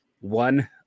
One